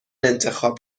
انتخاب